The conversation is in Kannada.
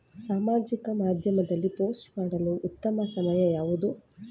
ಸಾಮಾಜಿಕ ಮಾಧ್ಯಮದಲ್ಲಿ ಪೋಸ್ಟ್ ಮಾಡಲು ಉತ್ತಮ ಸಮಯ ಯಾವುದು?